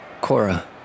Cora